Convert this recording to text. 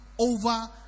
over